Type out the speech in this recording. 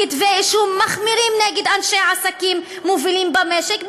כתבי אישום מחמירים נגד אנשי עסקים מובילים במשק,